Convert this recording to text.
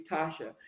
Tasha